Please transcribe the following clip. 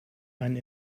einen